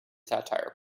satire